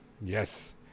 yes